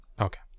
Okay